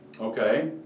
Okay